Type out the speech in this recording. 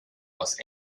los